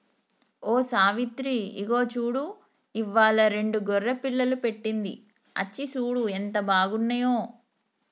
ఓ సావిత్రి ఇగో చూడు ఇవ్వాలా రెండు గొర్రె పిల్లలు పెట్టింది అచ్చి సూడు ఎంత బాగున్నాయో